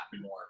more